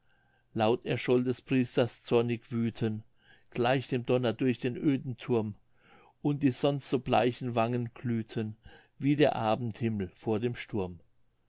laut erscholl des priesters zornig wüthen gleich dem donner durch den öden thurm und die sonst so bleichen wangen glühten wie der abendhimmel vor dem sturm